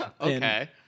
Okay